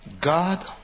God